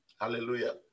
hallelujah